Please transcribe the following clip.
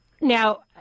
now